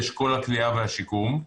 אשכול הכליאה והשיקום,